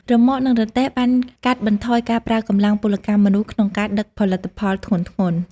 រ៉ឺម៉កនិងរទេះបានកាត់បន្ថយការប្រើកម្លាំងពលកម្មមនុស្សក្នុងការដឹកផលិតផលធ្ងន់ៗ។